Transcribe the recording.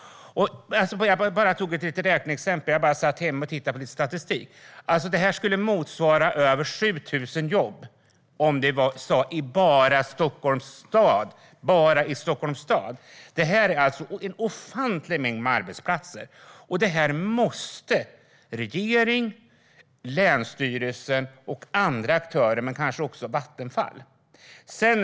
Jag tog ett litet räkneexempel. Jag satt hemma och tittade lite på statistik. Det skulle motsvara över 7 000 jobb i bara Stockholms stad. Det är en ofantlig mängd med arbetsplatser. Det måste regeringen, länsstyrelsen och andra aktörer men kanske också Vattenfall förstå.